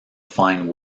fine